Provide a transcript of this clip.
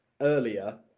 earlier